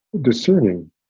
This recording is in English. discerning